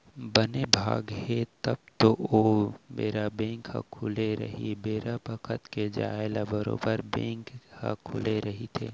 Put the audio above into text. बने भाग हे तब तो ओ बेरा बेंक ह खुले रही बेरा बखत के जाय ले बरोबर बेंक ह खुले रहिथे